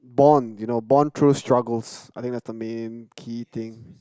born you know born through struggles I think that's the main key thing